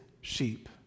sheep